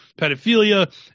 pedophilia